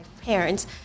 parents